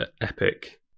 epic